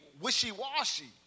wishy-washy